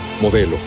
Modelo